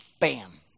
bam